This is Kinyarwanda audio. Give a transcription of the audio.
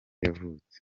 yavutse